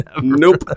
Nope